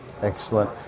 Excellent